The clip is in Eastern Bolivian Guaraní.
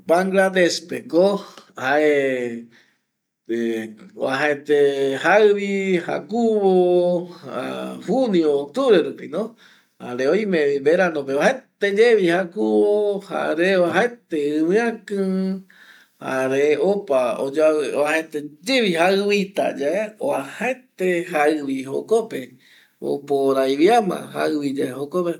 Bangladesh pe ko ˂hesitation˃ jae uajaete jaivi, jakuvo julio octubre rupi jare oime vi verano pe uajaete ye vi jakuvo jare uajaete iviaki jare uajaete ye vi jaivi oporavi ama jaivi ye jokope